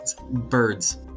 Birds